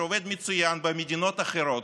שעובד מצוין במדינות אחרות.